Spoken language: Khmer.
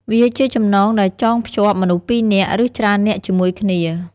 វាជាចំណងដែលចងភ្ជាប់មនុស្សពីរនាក់ ឬច្រើននាក់ជាមួយគ្នា។